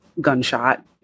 gunshot